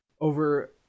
over